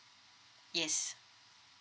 yes